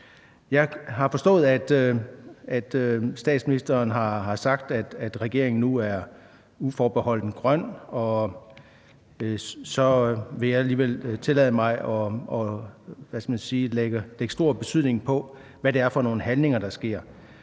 Jeg har forstået, at statsministeren har sagt, at regeringen nu er uforbeholdent grøn. Så vil jeg alligevel tillade mig at lægge stor vægt på, hvad det er for nogle handlinger, der sker.